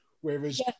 Whereas